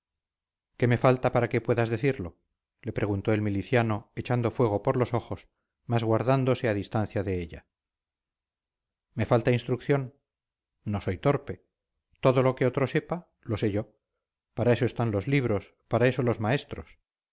qué me falta para que puedas decirlo le preguntó el miliciano echando fuego por los ojos mas guardándose a distancia de ella me falta instrucción no soy torpe todo lo que otro sepa lo sé yo para eso están los libros para eso los maestros